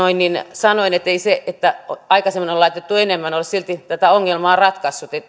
sanoin ettei se että aikaisemmin on laitettu enemmän ole silti tätä ongelmaa ratkaissut